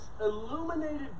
illuminated